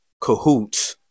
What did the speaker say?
cahoots